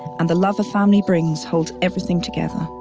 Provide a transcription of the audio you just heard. and the love a family brings hold everything together.